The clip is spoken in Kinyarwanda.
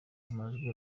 amajwi